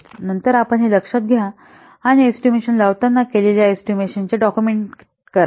तर नंतर आपण हे लक्षात घ्या आणि एस्टिमेशन लावताना केलेल्या एस्टिमेशनचे डॉक्युमेंट्स करा